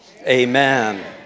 Amen